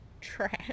trash